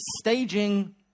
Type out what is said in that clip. Staging